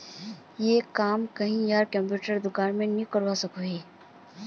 ये काम हम कहीं आर कंप्यूटर दुकान में नहीं कर सके हीये?